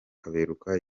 kaberuka